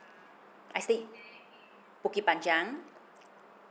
I stay bukit panjang